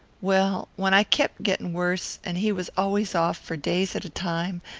well, when i kep' getting worse, and he was always off, for days at a time,